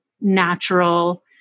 natural